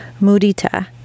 mudita